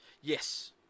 Yes